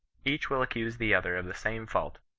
each will accuse the other of the same fault,